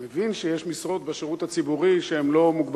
אני מבין שיש משרות בשירות הציבורי שהן לא מוגבלות,